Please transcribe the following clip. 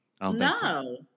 No